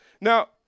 Now